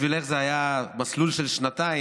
בשבילך זה מסלול של שנתיים,